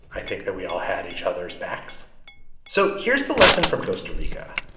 i think that we all had each other's backs so here's the lesson from costa rica.